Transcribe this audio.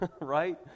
right